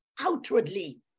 outwardly